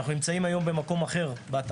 אנחנו נמצאים היום במקום אחר מבחינת